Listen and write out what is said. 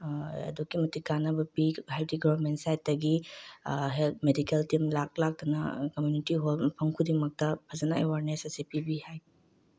ꯑꯗꯨꯛꯀꯤ ꯃꯇꯤꯛ ꯀꯥꯟꯅꯕ ꯄꯤ ꯍꯥꯏꯕꯗꯤ ꯒꯣꯔꯃꯦꯟ ꯁꯥꯏꯠꯇꯒꯤ ꯍꯦꯜ ꯃꯦꯗꯤꯀꯦꯜ ꯇꯤꯝ ꯂꯥꯛ ꯂꯥꯛꯇꯅ ꯀꯝꯃꯨꯅꯤꯇꯤ ꯍꯣꯜ ꯃꯐꯝ ꯈꯨꯗꯤꯡꯃꯛꯇ ꯐꯖꯅ ꯑꯦꯋꯥꯔꯅꯦꯁ ꯑꯁꯤ ꯄꯤꯕꯤ ꯍꯥꯏ